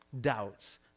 doubts